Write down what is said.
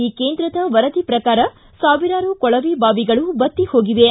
ಈ ಕೇಂದ್ರದ ವರದಿ ಪ್ರಕಾರ ಸಾವಿರಾರು ಕೊಳವೆ ಬಾವಿಗಳು ಬತ್ತಿಹೋಗಿವೆ